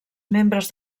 membres